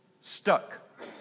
stuck